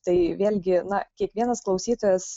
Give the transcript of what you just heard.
tai vėlgi na kiekvienas klausytojas